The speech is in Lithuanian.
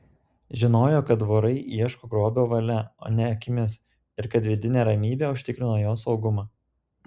žinojo kad vorai ieško grobio valia o ne akimis ir kad vidinė ramybė užtikrina jo saugumą